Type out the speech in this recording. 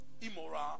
immoral